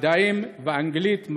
מדעים ואנגלית,